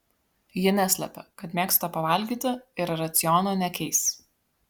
ji neslepia kad mėgsta pavalgyti ir raciono nekeis